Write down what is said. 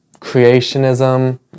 Creationism